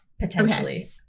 potentially